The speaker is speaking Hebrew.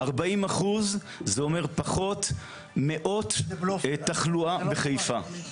40% אומר פחות מאות תחלואה בחיפה.